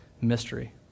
mystery